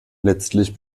letztlich